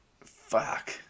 fuck